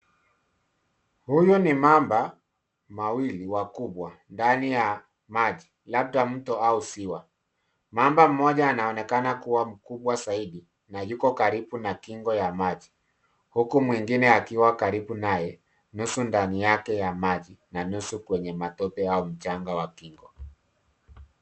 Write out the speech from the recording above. Huyu ni mamba mawili wa kubwa ndani ya maji labda mto au ziwa. Mamba mmoja anaonekana kuwa mkubwa zaidi na yuko karibu na kingo ya maji huku mwingine akiwa karibu naye nusu ndani yake ya maji na nusu kwenye matope au mchanga wa kingo.